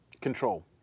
Control